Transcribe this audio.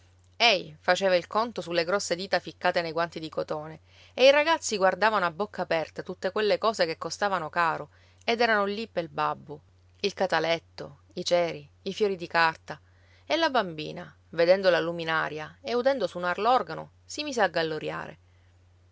ei faceva il conto sulle grosse dita ficcate nei guanti di cotone e i ragazzi guardavano a bocca aperta tutte quelle cose che costavano caro ed erano lì pel babbo il cataletto i ceri i fiori di carta e la bambina vedendo la luminaria e udendo suonar l'organo si mise a